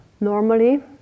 Normally